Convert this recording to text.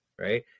right